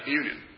union